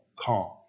calm